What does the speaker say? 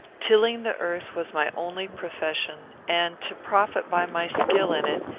tilling the earth was my only profession, and, to profit by my skill in it,